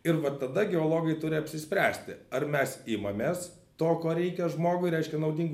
ir vat tada geologai turi apsispręsti ar mes imamės to ko reikia žmogui reiškia naudingų